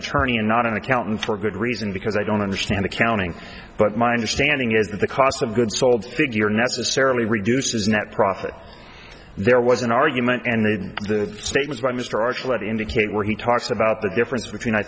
attorney and not an accountant for good reason because i don't understand accounting but my understanding is that the cost of goods sold figure necessarily reduces net profit there was an argument and made the statement by mr archer that indicate where he talks about the difference between i